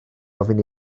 ofyn